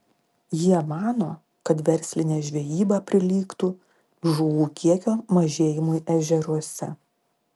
jie mano kad verslinė žvejyba prilygtų žuvų kiekio mažėjimui ežeruose